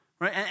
right